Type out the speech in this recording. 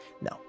No